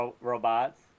robots